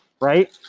right